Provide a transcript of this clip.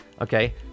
Okay